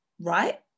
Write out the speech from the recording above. right